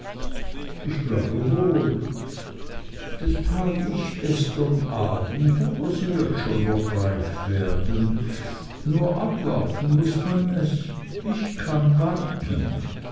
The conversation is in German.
ich glaube wohl das tat ich gestern abends aber sie wird schon noch reif werden nur abwarten muß man es ich kann warten